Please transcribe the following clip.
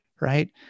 right